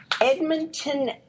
Edmonton